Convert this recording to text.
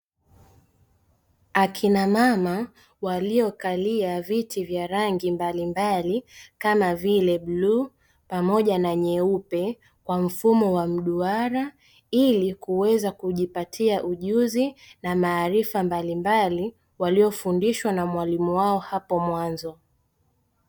Akina mama waliokalia viti vya rangi mbalimbali kama vile bluu pamoja na nyeupe kwa mfumo wa mduara ili kuweza kujipatia ujuzi na maarifa mbalimbali waliofundishwa na mwalimu wao hapo mwanzo.